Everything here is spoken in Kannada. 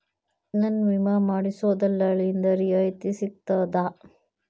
ನನ್ನ ವಿಮಾ ಮಾಡಿಸೊ ದಲ್ಲಾಳಿಂದ ರಿಯಾಯಿತಿ ಸಿಗ್ತದಾ?